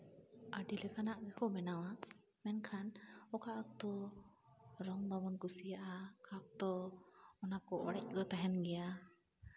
ᱟᱹᱰᱤ ᱞᱮᱠᱟᱱᱟᱜ ᱜᱮᱠᱚ ᱵᱮᱱᱟᱣᱟ ᱢᱮᱱᱠᱷᱟᱱ ᱚᱠᱟ ᱚᱠᱛᱚ ᱨᱚᱝ ᱵᱟᱵᱚᱱ ᱠᱩᱥᱤᱭᱟᱜᱼᱟ ᱠᱷᱟᱛᱚ ᱚᱱᱟᱠᱚ ᱚᱲᱮᱡ ᱫᱚ ᱛᱟᱦᱮᱱ ᱜᱮᱭᱟ